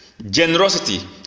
generosity